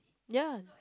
ya